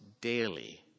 daily